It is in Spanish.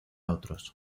otros